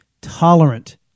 tolerant